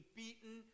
beaten